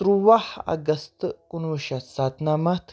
تُرٛواہ اگست کُنوُہ شیٚتھ سَتنَمَتھ